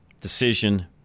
decision